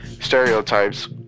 stereotypes